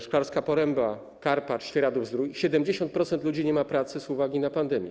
Szklarska Poręba, Karpacz, Świeradów Zdrój - 70% ludzi nie ma pracy z uwagi na pandemię.